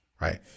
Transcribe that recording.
right